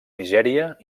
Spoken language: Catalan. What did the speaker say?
nigèria